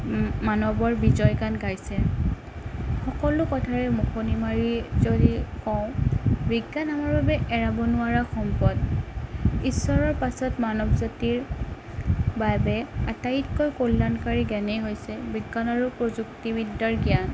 মানৱৰ বিজয় গান গাইছে সকলো কথাৰে মুখনি মাৰি যদি কওঁ বিজ্ঞান আমাৰ বাবে এৰাব নোৱাৰা সম্পদ ইশ্বৰৰ পাছত মানৱ জাতিৰ বাবে আটাইতকৈ কল্যাণকাৰী জ্ঞানেই হৈছে বিজ্ঞান আৰু প্ৰযুক্তিবিদ্যাৰ জ্ঞান